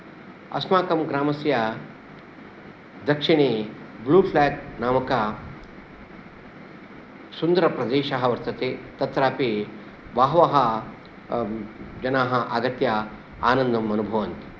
अस्माकं ग्रामस्य दक्षिणे ग्लू प्लाक् नामकसुन्दरप्रदेशः वर्तते तत्रपि बहवः जनाः आगत्य आनन्दम् अनुभवन्ति